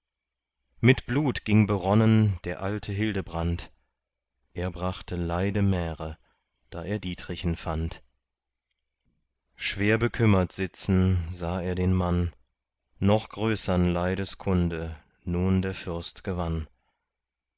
mit blut ging beronnen der alte hildebrand er brachte leide märe da er dietrichen fand schwer bekümmert sitzen sah er den mann noch größern leides kunde nun der fürst gewann